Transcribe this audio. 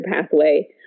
pathway